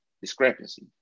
discrepancy